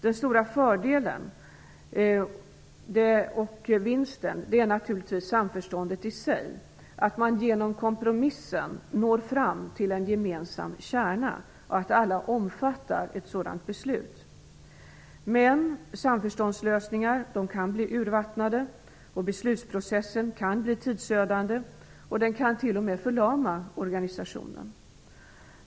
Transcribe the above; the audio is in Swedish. Den stora fördelen och vinsten är naturligtvis samförståndet i sig, att man genom kompromissen når fram till en gemensam kärna och att alla omfattar ett sådant beslut. Men samförståndslösningar kan bli urvattnade. Beslutsprocessen kan bli tidsödande, och den kan t.o.m. förlama organisationen.